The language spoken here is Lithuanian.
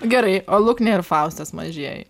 gerai o luknė ir faustas mažieji